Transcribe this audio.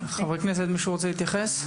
חברי כנסת, מישהו רוצה להתייחס?